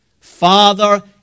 Father